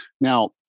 Now